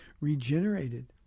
regenerated